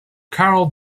karel